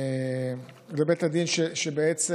זה בעצם